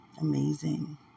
Amazing